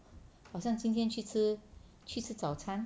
好像今天去吃去吃早餐